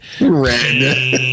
Red